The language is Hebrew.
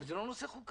אבל זה לא נושא חוקתי.